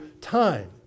time